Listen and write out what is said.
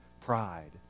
pride